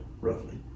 roughly